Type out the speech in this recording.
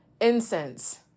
Incense